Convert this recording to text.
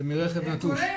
זה מרכב נטוש.